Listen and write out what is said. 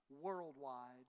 worldwide